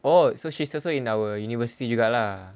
oh so she's also in our university juga lah